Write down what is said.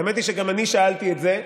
האמת היא שגם אני שאלתי את זה,